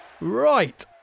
Right